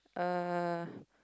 uh